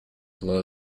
blow